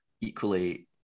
equally